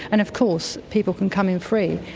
and of course people can come in free.